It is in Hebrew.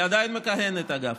היא עדיין מכהנת, אגב.